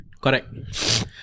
Correct